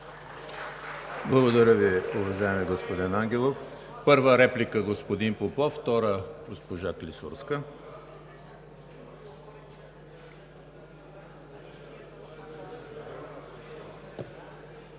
Благодаря Ви, уважаеми господин Ангелов. Първа реплика – господин Попов, втора – госпожа Клисурска.